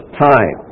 time